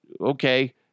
okay